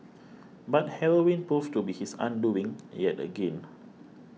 but heroin proved to be his undoing yet again